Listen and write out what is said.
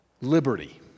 liberty